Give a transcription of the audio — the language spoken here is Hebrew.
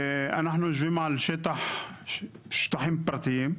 אנחנו יושבים על שטחים פרטיים.